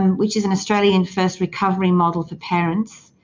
um which is an australian first recovery model for parents.